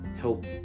help